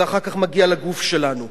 זה אחר כך מגיע לגוף שלנו.